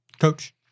Coach